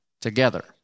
together